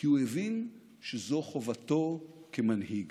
כי הוא הבין שזו חובתו כמנהיג